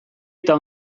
eta